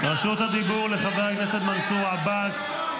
חברי הכנסת, רשות הדיבור לחבר הכנסת מנסור עבאס.